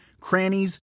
crannies